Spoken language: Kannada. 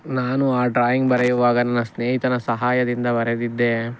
ನಾನು ಆ ಡ್ರಾಯಿಂಗ್ ಬರೆಯುವಾಗ ನನ್ನ ಸ್ನೇಹಿತನ ಸಹಾಯದಿಂದ ಬರೆದಿದ್ದೆ